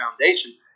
foundation